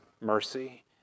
mercy